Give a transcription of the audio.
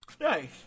Nice